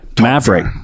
Maverick